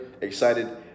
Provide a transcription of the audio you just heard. excited